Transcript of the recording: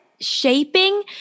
shaping